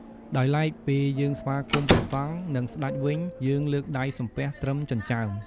ដោយឡែកពេលយើងស្វាគមន៍ព្រះសង្ឃ និងស្តេចវិញ យើងលើកដៃសំពះត្រឹមចិញ្ចើម។